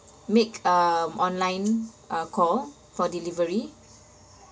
make um online uh call for delivery